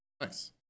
nice